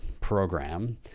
program